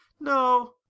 no